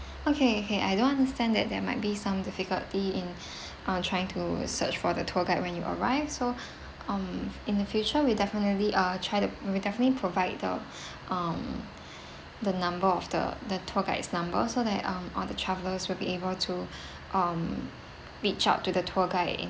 okay K I do understand that there might be some difficulty in uh trying to search for the tour guide when you arrive so um in the future we definitely ah try to we'll definitely provide the um the number of the the tour guide's numbers so that um all the travelers will be able to um reach out to the tour guide